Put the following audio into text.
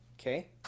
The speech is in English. okay